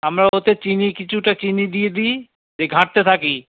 আমরা ওতে চিনি কিছুটা চিনি দিয়ে দিই দিয়ে ঘাঁটাতে থাকি